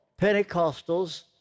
pentecostals